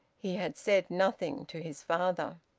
he had said nothing to his father.